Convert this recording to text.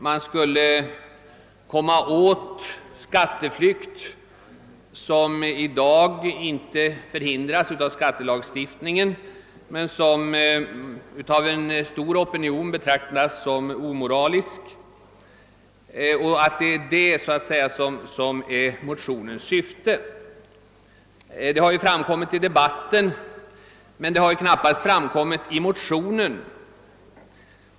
Man skulle komma åt sådan skatteflykt som i dag inte förhindras av skattelagstiftningen men som dock av en stor opinion betraktas som omoralisk. Detta är motionens syfte. Dessa synpunkter har framkommit under debatten men knappast i motionen.